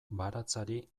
baratzari